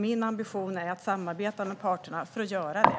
Min ambition är att samarbeta med parterna för att göra det.